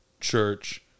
church